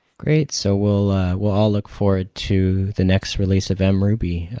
great. so we'll we'll all look forward to the next release of and mruby,